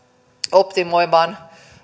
optimoimaan